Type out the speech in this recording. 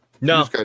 No